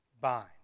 bind